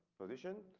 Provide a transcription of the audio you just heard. position